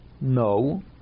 no